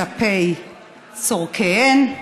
כלפי צורכיהן,